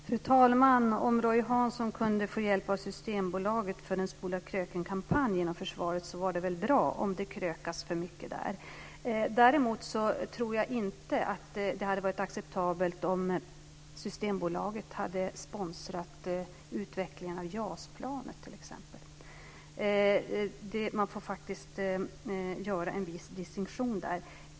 Herr talman! Det var väl bra att Roy Hansson kunde få hjälp av Systembolaget med en Spola kröken-kampanj inom försvaret, om det krökas för mycket där. Däremot tror jag inte att det hade varit acceptabelt om Systembolaget hade sponsrat utvecklingen av JAS-planet t.ex. Man får faktiskt göra en viss distinktion där.